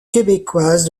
québécoise